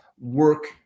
work